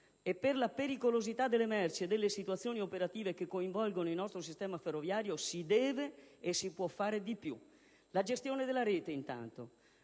E per la pericolosità delle merci e delle situazioni operative che coinvolgono il nostro sistema ferroviario si deve e si può fare di più. La gestione della rete, intanto.